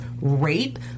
rape